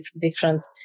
different